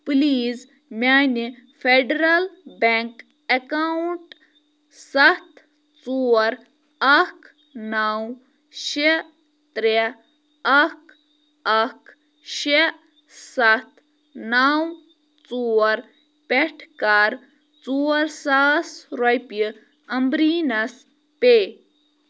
please میٛانہِ federal bank account سَتھ ژور اَکھ نَو شےٚ ترٛےٚ اَکھ اَکھ شےٚ سَتھ نَو ژور پٮ۪ٹھ کَر ژور ساس رۄپیہِ اَمبریٖنَس پے